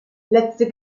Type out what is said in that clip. letzte